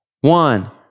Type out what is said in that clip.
one